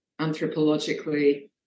anthropologically